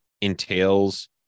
entails